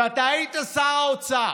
ואתה היית שר האוצר.